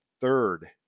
third